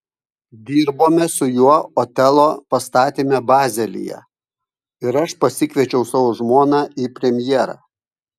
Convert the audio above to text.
dirbome su juo otelo pastatyme bazelyje ir aš pasikviečiau savo žmoną į premjerą